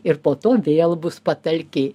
ir po to vėl bus patalkiai